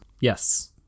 Yes